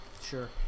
Sure